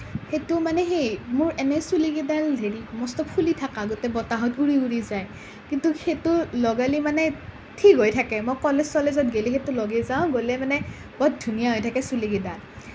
সেইটো মানে সেই মোৰ এনে চুলি কেইডাল হেৰি মস্ত ফুলি থকা গোটেই বতাহত উৰি উৰি যায় কিন্তু সেইটো লগালে মানে ঠিক হৈ থাকে মই কলেজ চলেজত গেলি সেইটো লগাই যাওঁ গ'লে মানে বহুত ধুনীয়া হৈ থাকে চুলিকেইডাল